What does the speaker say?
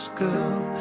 girl